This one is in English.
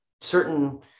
certain